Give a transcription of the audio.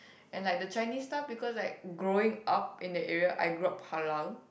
and like the Chinese stuff because like growing up in that area I grew up halal